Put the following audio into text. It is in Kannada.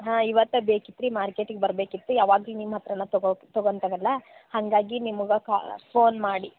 ಹಾಂ ಇವತ್ತೆ ಬೇಕಿತ್ತು ರೀ ಮಾರ್ಕೆಟಿಗೆ ಬರಬೇಕಿತ್ತು ಯಾವಾಗಲೂ ನಿಮ್ಮ ಹತ್ರಾನೆ ತಗೋಂತ್ ತಗೋಂತಿವಲ್ಲ ಹಾಗಾಗಿ ನಿಮುಗೆ ಕಾ ಫೋನ್ ಮಾಡಿ